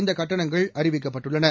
இந்த கட்டணங்கள் அறிவிக்கப்பட்டுள்ளன